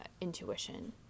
intuition